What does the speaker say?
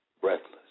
Breathless